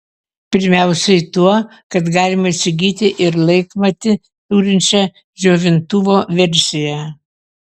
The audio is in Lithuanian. pirmiausiai tuo kad galima įsigyti ir laikmatį turinčią džiovintuvo versiją